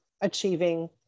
achieving